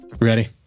Ready